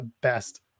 best